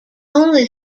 only